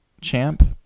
champ